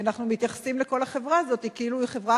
אנחנו מתייחסים לכל החברה הזאת כאילו היא חברה